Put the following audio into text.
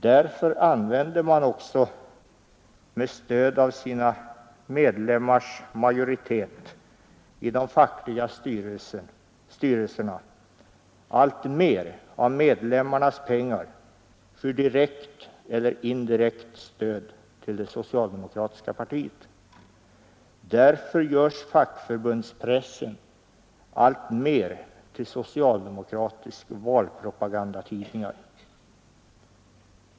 Därför använder man också tack vare sina medlemmars majoritet i de fackliga styrelserna alltmer av medlemmarnas pengar för direkt eller indirekt stöd till det socialdemokratiska partiet. Därför görs fackförbundspressen alltmer till socialdemokratiska valpropagandatidningar.